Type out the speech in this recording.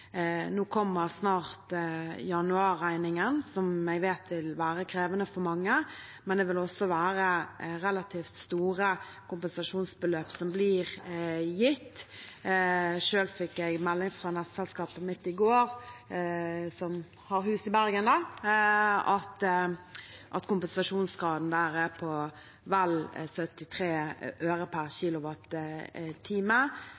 nå kommer snart januarregningen, som jeg vet vil være krevende for mange, men det vil også bli gitt relativt store kompensasjonsbeløp. Selv fikk jeg, som har hus i Bergen, melding fra nettselskapet mitt i går om at kompensasjonsgraden der er på vel 73